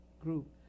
group